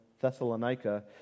Thessalonica